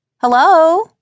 Hello